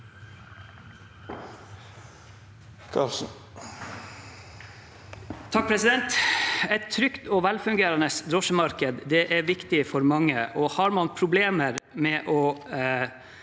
(A) Et trygt og vel- fungerende drosjemarked er viktig for mange. Har man problemer med å